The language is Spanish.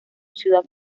ciudad